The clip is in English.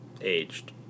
aged